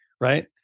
right